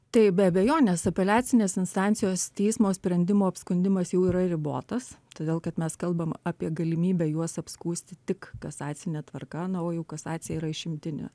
tai be abejonės apeliacinės instancijos teismo sprendimo apskundimas jau yra ribotas todėl kad mes kalbam apie galimybę juos apskųsti tik kasacine tvarka na o jau kasacija yra išimtinė